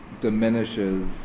diminishes